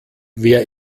wer